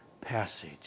passage